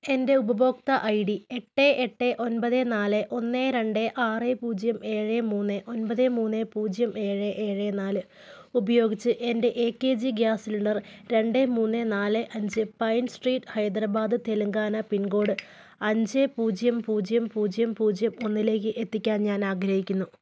എൻ്റെ ഉപഭോക്തൃ I D എട്ട് എട്ട് ഒമ്പത് നാല് ഒന്ന് രണ്ട് ആറ് പൂജ്യം ഏഴ് മൂന്ന് ഒമ്പത് മൂന്ന് പൂജ്യം ഏഴ് ഏഴ് നാല് ഉപയോഗിച്ചു എൻ്റെ A K G gas cylinder രണ്ട് മൂന്ന് നാല് അഞ്ച് Pine Street Hyderabad Telangana pin code അഞ്ച് പൂജ്യം പൂജ്യം പൂജ്യം പൂജ്യം ഒന്നിലേക്ക് എത്തിക്കാൻ ഞാൻ ആഗ്രഹിക്കുന്നു